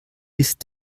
ist